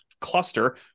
cluster